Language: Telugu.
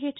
హెచ్